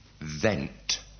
vent